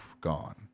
gone